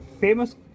Famous